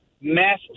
mass